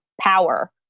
power